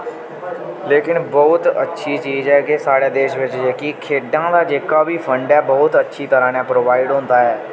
लेकिन बहुत अच्छी चीज ऐ के साढ़े देश बिच्च जेह्की खेढां दा जेह्का बी फंड ऐ बहुत अच्छी तरह ने प्रोवाइड होंदा ऐ